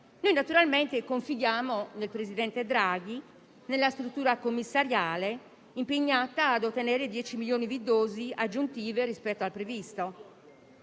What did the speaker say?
Noi, naturalmente, confidiamo nel presidente Draghi e nella struttura commissariale, impegnata ad ottenere 10 milioni di dosi aggiuntive rispetto al previsto.